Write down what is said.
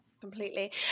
Completely